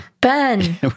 Ben